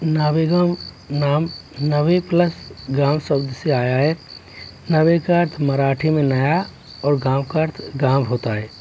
नावेगाँव नाम नवे प्लस गाँव शब्द से आया है नवे का अर्थ मराठी में नया और गाँव का अर्थ गाँव होता है